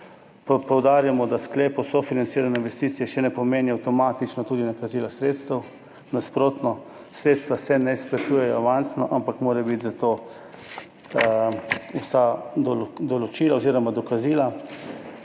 Poudarjamo, da sklep o sofinanciranju investicij še ne pomeni avtomatično tudi nakazila sredstev. Nasprotno, sredstva se ne izplačujejo avansno, ampak morajo biti za to vsa določila oziroma dokazila.